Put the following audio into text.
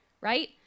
right